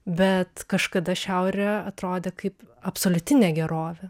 bet kažkada šiaurė atrodė kaip absoliuti negerovė